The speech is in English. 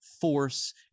force